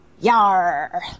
Yar